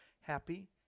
happy